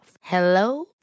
Hello